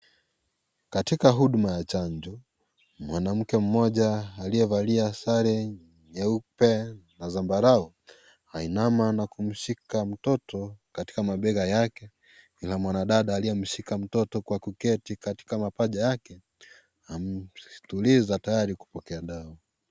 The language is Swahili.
katika huduma ya chanjo mwanamke mmoja aliyevalia sare nyeupe na zambarau anainama na kumshika mtoto katika mabega yake. Kuna mwanadada aliyemshika mtoto kwa mapaja yake anamtuliza tayari kupokea dawa.